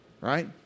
right